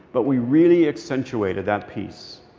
but we really accentuated that piece.